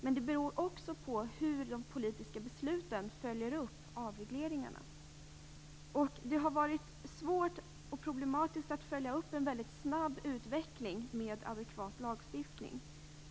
Men det beror också på hur man i de politiska besluten följer upp avregleringarna. Det har varit problematiskt att följa upp en väldigt snabb utveckling med adekvat lagstiftning.